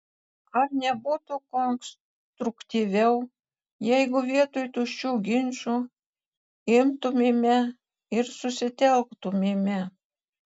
ar nebūtų konstruktyviau jeigu vietoj tuščių ginčų imtumėme ir susitelktumėme